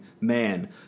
man